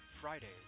Fridays